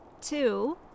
Two